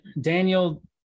Daniel